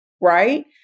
right